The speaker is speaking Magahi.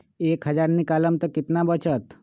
एक हज़ार निकालम त कितना वचत?